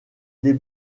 des